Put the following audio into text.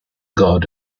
god